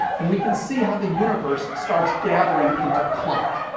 and we can see how the universe starts gathering into clumps.